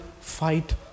fight